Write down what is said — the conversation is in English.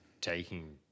taking